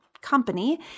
company